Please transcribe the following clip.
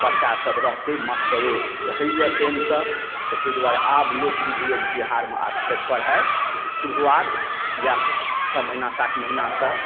बच्चा सभ रहतै मास्टरो सभ रहैया टाइमसँ तऽ ताहि दुआरे आब लोक बुझैये जे बिहारमे आब फेर पढ़ाइ शुरुआत इएह छओ महीना सात महीना से